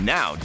Now